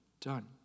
done